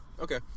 Okay